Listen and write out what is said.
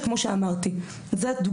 כמו שאמרתי, עם תגבור ליווי עם נשק.